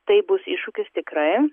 tai bus iššūkis tikrai